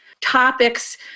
topics